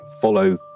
follow